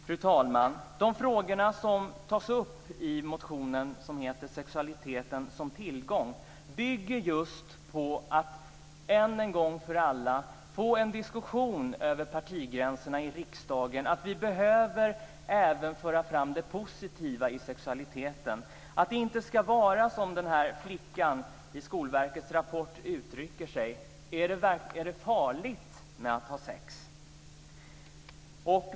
Fru talman! De frågor som tas upp i motionen Sexualiteten som tillgång syftar just till att en gång för alla få en diskussion över partigränserna i riksdagen om att vi även behöver föra fram det positiva i sexualiteten. Det ska inte vara som den här flickan i Skolverkets rapport uttryckte sig: Är det farligt att ha sex?